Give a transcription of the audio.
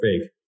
fake